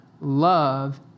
Love